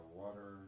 water